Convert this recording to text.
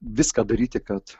viską daryti kad